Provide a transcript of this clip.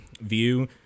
view